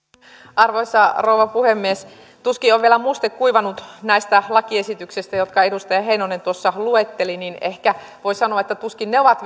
arvoisa rouva puhemies tuskin on vielä muste kuivunut näistä lakiesityksistä jotka edustaja heinonen tuossa luetteli joten ehkä voi sanoa että tuskin ne ovat